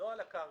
לא על הקרקע.